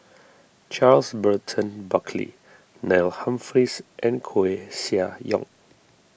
Charles Burton Buckley Neil Humphreys and Koeh Sia Yong